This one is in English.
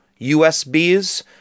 USBs